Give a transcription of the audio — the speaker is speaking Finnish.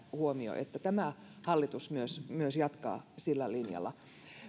huomio että tämä hallitus myös myös jatkaa sillä linjalla